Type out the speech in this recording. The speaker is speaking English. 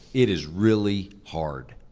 it is really hard.